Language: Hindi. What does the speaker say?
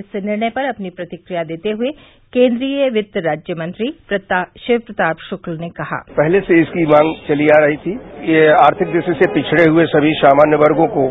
इस निर्णय पर अपनी प्रतिक्रिया देते हए केन्द्रीय वित्त राज्य मंत्री शिव प्रताप शुक्ल ने कहा पहले से ही इसकी मांग चली आ रही थी कि आर्थिक दृष्टि से पिछड़े हुए सभी सामान्य वर्गों को